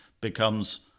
becomes